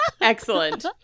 Excellent